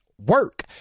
work